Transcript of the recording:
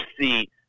see